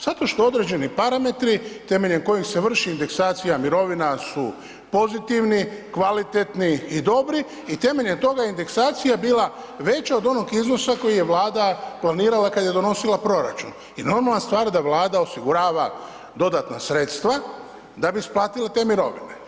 Zato što određeni parametri temeljem kojih se vrši indeksacija mirovina su pozitivni, kvalitetni i dobri i temeljem toga indeksacija je bila veća od onog iznosa koji je Vlada planirala kad je donosila proračun i normalna stvar da Vlada osigurava dodatna sredstva da bi isplatila te mirovine.